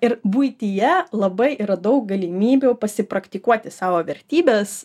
ir buityje labai yra daug galimybių pasipraktikuoti savo vertybes